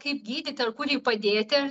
kaip gydyti ar kur jį padėti